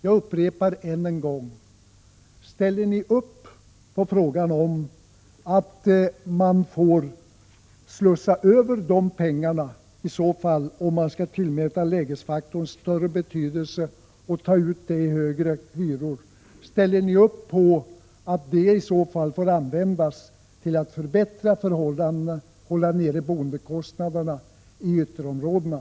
Jag upprepar: Om lägesfaktorn skall tillmätas större betydelse, ställer ni då upp för att pengarna får slussas över och användas till att förbättra förhållandena och hålla nere boendekostnaderna i ytterområdena?